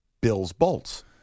Bills-Bolts